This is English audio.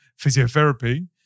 physiotherapy